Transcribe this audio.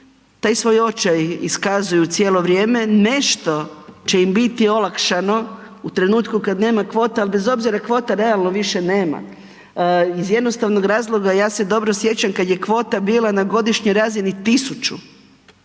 Taj svoj očaj iskazuju cijelo vrijeme. Nešto će im biti olakšano u trenutku kad nema kvota, ali bez obzira kvota realno više nema. Iz jednostavnog razloga, ja se dobro sjećam kad je kvota bila na godišnjoj razini 1000,